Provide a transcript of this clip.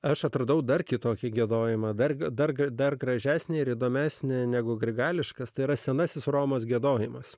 aš atradau dar kitokį giedojimą dar dar dar gražesni ir įdomesni negu grigališkas tai yra senasis romos giedojimas